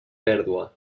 pèrdua